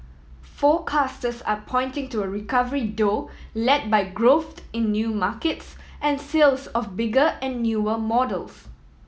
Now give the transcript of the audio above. forecasters are pointing to a recovery though led by growth in new markets and sales of bigger and newer models